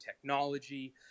technology